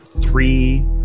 three